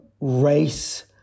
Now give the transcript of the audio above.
race